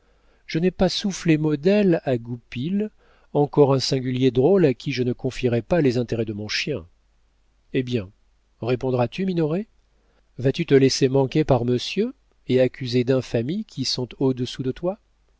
je n'ai pas soufflé un mot d'elle à goupil encore un singulier drôle à qui je ne confierais pas les intérêts de mon chien eh bien répondras-tu minoret vas-tu te laisser manquer par monsieur et accuser d'infamies qui sont au-dessous de toi